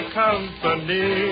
company